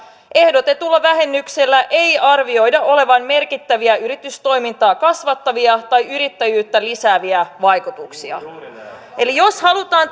ehdotetulla vähennyksellä ei arvioida olevan merkittäviä yritystoimintaa kasvattavia tai yrittäjyyttä lisääviä vaikutuksia eli jos halutaan